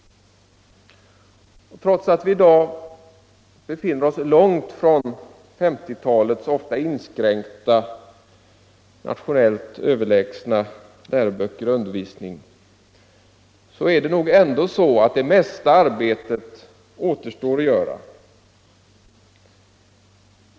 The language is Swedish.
Trots att vi i dag befinner oss långt från 1950-talets ofta inskränkta nationellt överlägsna läroböcker och undervisning, är det nog ändå så att det mesta arbetet återstår att göra.